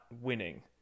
winning